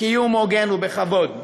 קיום הוגן ובכבוד.